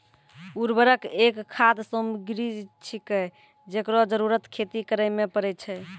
उर्वरक एक खाद सामग्री छिकै, जेकरो जरूरत खेती करै म परै छै